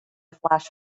flash